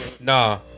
Nah